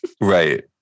right